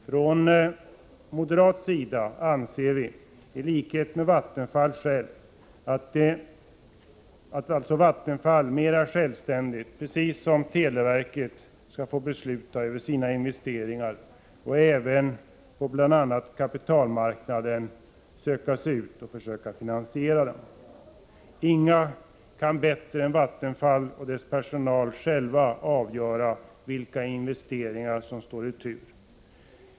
Från moderat sida anser vi i likhet med Vattenfall självt att verket mera självständigt, som t.ex. televerket, skall få besluta om sina investeringar och även på kapitalmarknaden söka sig ut och finansiera dessa. Ingen kan bättre än Vattenfall och dess personal avgöra vilka investeringar som står i tur.